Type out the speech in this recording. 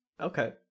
Okay